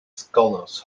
scholars